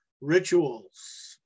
rituals